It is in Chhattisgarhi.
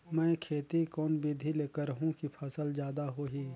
मै खेती कोन बिधी ल करहु कि फसल जादा होही